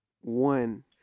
one